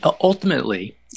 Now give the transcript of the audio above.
ultimately